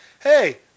Hey